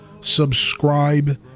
subscribe